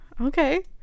Okay